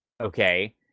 okay